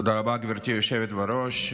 תודה רבה, גברתי היושבת בראש.